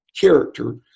character